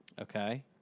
Okay